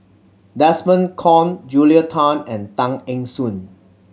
Desmond Kon Julia Tan and Tay Eng Soon